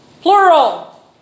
Plural